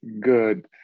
good